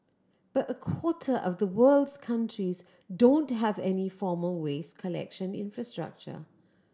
but a quarter of the world's countries don't have any formal waste collection infrastructure